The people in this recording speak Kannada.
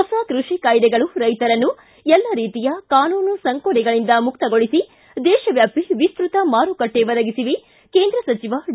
ಹೊಸ ಕೃಷಿ ಕಾಯ್ನೆಗಳು ರೈತರನ್ನು ಎಲ್ಲ ರೀತಿಯ ಕಾನೂನು ಸಂಕೋಲೆಗಳಿಂದ ಮುಕ್ತಗೊಳಿಸಿ ದೇಶವ್ಯಾಪಿ ವಿಸ್ತತ ಮಾರುಕಟ್ಟೆ ಒದಗಿಸಿವೆ ಕೇಂದ್ರ ಸಚಿವ ಡಿ